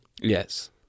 Yes